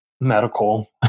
medical